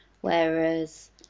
whereas